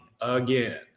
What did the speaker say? again